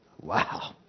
Wow